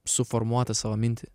suformuotą savo mintį